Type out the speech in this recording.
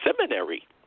seminary